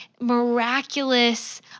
miraculous